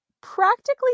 practically